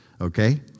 okay